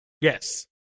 Yes